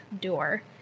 door